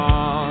on